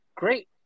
great